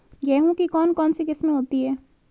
गेहूँ की कौन कौनसी किस्में होती है?